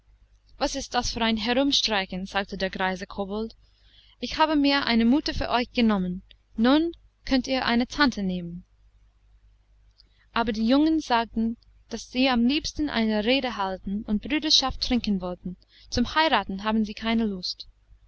was ist das für ein herumstreichen sagte der greise kobold ich habe mir eine mutter für euch genommen nun könnt ihr eine tante nehmen aber die jungen sagten daß sie am liebsten eine rede halten und brüderschaft trinken wollten zum heiraten haben sie keine lust